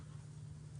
מסתיים.